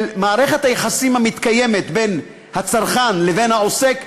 של מערכת היחסים המתקיימת בין הצרכן לבין העוסק,